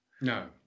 No